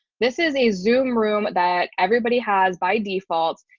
this is a zoom room that everybody has, by default,